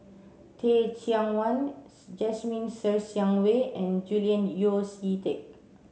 Teh Cheang Wan Jasmine Ser Xiang Wei and Julian Yeo See Teck